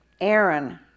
Aaron